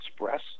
express